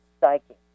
psychic